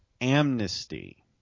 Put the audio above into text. amnesty